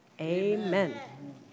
Amen